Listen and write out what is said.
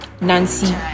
Nancy